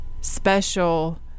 special